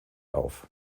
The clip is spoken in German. auf